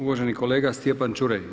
Uvaženi kolega Stjepan Čuraj.